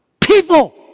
people